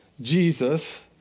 Jesus